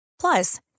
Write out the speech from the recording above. Plus